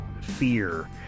fear